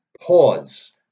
pause